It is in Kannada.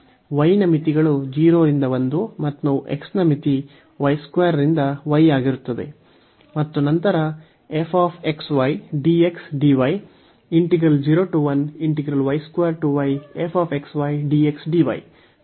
y ನ ಮಿತಿಗಳು 0 ರಿಂದ 1 ಮತ್ತು x ನ ಮಿತಿ y 2 ರಿಂದ y ಆಗಿರುತ್ತದೆ ಮತ್ತು ನಂತರ f x y dxdy